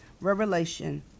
Revelation